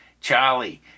Charlie